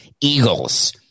Eagles